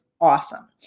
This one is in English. awesome